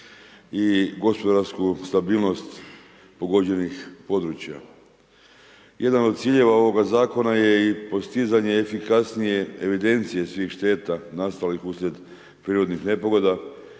i gospodarsku stabilnost pogođenih područja. Jedan od ciljeva ovoga zakona je i postizanje efikasnije evidencije svih šteta nastalih uslijed prirodnih nepogoda